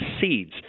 seeds